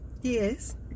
Yes